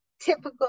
typical